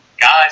guys